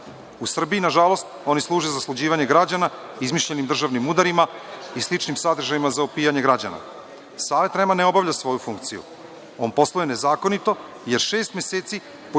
U Srbiji, nažalost, oni služe za sluđivanje građana izmišljenim državnim udarima i sličnim sadržajima za opijanje građana. Savet REM-a ne obavlja svoju funkciju. On posluje nezakonito, jer šest meseci pre